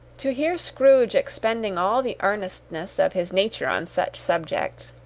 to hear scrooge expending all the earnestness of his nature on such subjects,